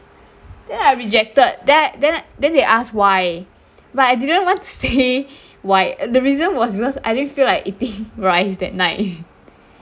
then I rejected then I then then they ask why but I didn't want to say why uh the reason was because I didn't feel like eating rice that night